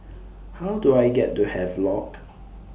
How Do I get to Havelock